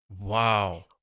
Wow